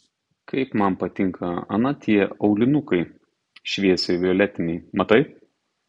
kaip man patinka ana tie aulinukai šviesiai violetiniai matai